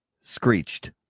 Screeched